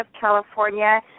California